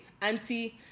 auntie